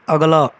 ਅਗਲਾ